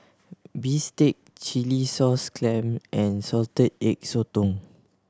bistake chilli sauce clams and Salted Egg Sotong